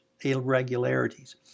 irregularities